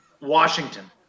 washington